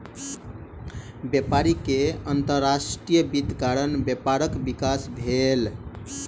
व्यापारी के अंतर्राष्ट्रीय वित्तक कारण व्यापारक विकास भेल